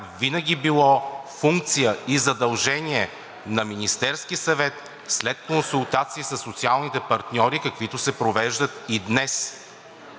винаги е било функция и задължение на Министерския съвет след консултации със социалните партньори, каквито се провеждат и днес.